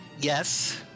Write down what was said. Yes